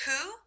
Who